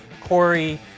Corey